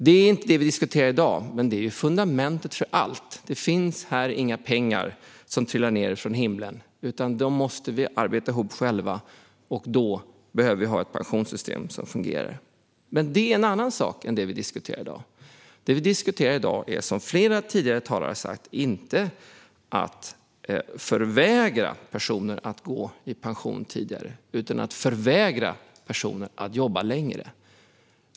Det är inte detta vi diskuterar i dag, men det är fundamentet för allt. Det finns inga pengar som trillar ned från himlen, utan dem måste vi arbeta ihop själva. Då behöver vi ha ett pensionssystem som fungerar. Men det är en annan sak än det vi diskuterar i dag. Det vi diskuterar i dag är, som flera tidigare talare har sagt, inte att förvägra personer att gå i pension tidigare utan att förvägra personer att jobba längre.